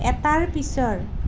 এটাৰ পিছৰ